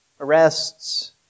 arrests